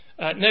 no